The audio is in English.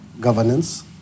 governance